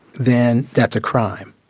then that's a crime.